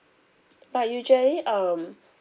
but usually um